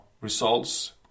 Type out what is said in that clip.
results